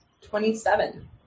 Twenty-seven